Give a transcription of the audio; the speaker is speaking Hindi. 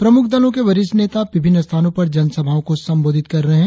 प्रमुख दलों के वरिष्ठ नेता विभिन्न स्थानों पर जनसभाओं को संबोधित कर रहे हैं